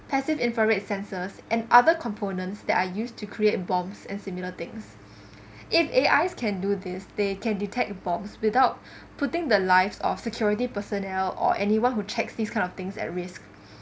passive infrared sensors and other components that are used to create bombs and similar things if A_Is can do this they can detect bombs without putting the lives of security personnel or anyone who checks this kind of things at risk